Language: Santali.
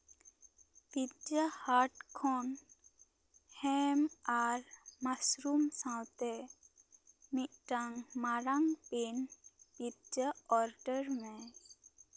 ᱯᱤᱛᱡᱟ ᱦᱟᱴ ᱠᱷᱚᱱ ᱦᱮᱢ ᱟᱨ ᱢᱟᱥᱨᱩᱢ ᱥᱟᱶᱛᱮ ᱢᱤᱫᱴᱟᱝ ᱢᱟᱨᱟᱝ ᱯᱮᱱ ᱯᱤᱛᱡᱟ ᱚᱰᱟᱨ ᱢᱮ